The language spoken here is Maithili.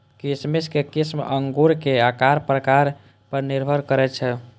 किशमिश के किस्म अंगूरक आकार प्रकार पर निर्भर करै छै